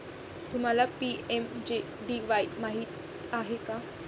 तुम्हाला पी.एम.जे.डी.वाई माहित आहे का?